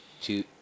two